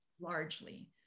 largely